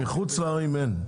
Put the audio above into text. מחוץ לערים אין,